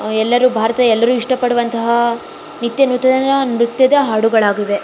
ಎಲ್ಲರೂ ಭಾರತ ಎಲ್ಲರೂ ಇಷ್ಟಪಡುವಂತಹ ನಿತ್ಯನೂತನ ನೃತ್ಯದ ಹಾಡುಗಳಾಗಿವೆ